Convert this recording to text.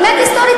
אמת היסטורית?